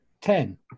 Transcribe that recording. ten